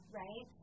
right